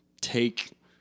take